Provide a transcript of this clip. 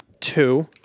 Two